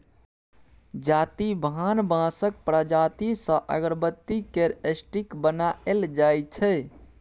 जाति भान बाँसक प्रजाति सँ अगरबत्ती केर स्टिक बनाएल जाइ छै